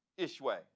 Ishway